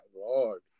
Lord